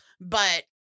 but-